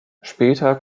später